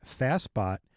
FastBot